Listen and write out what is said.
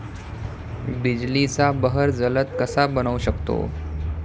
बिजलीचा बहर जलद कसा बनवू शकतो?